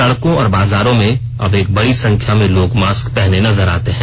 सड़कों और बाजारों में अब एक बड़ी संख्या में लोग मास्क पहने नजर आते हैं